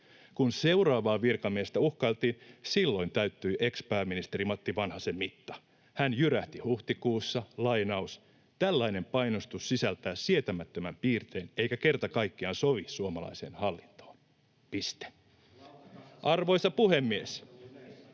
Kun seuraavaa virkamiestä uhkailtiin, silloin täyttyi ex-pääministeri Matti Vanhasen mitta. Hän jyrähti huhtikuussa: ”Tällainen painostus sisältää sietämättömän piirteen eikä kerta kaikkiaan sovi suomalaiseen hallintoon.” Piste. [Ben